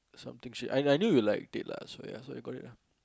something she I I knew you like it lah ya so I got it